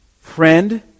Friend